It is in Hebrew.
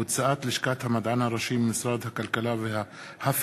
מיכל בירן בנושא: הוצאת לשכת המדען הראשי ממשרד הכלכלה והפיכתה